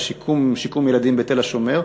בשיקום ילדים בתל-השומר.